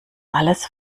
alles